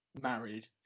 married